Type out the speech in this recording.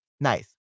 nice